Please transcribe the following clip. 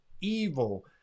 evil